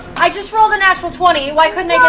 i just rolled a natural twenty. why couldn't